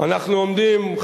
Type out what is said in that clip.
אנחנו עומדים,